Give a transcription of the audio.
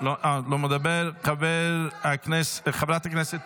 חברת הכנסת